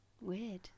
Weird